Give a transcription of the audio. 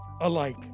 alike